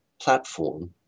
platform